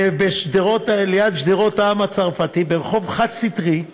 זה ליד שדרות העם הצרפתי, ברחוב חד-סטרי,